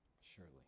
Surely